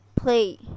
Play